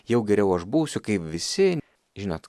jau geriau aš būsiu kaip visi žinot